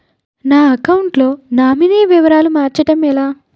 నా అకౌంట్ లో నామినీ వివరాలు మార్చటం ఎలా?